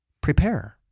Prepare